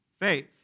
Faith